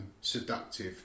seductive